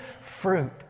fruit